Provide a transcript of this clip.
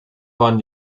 waren